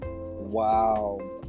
Wow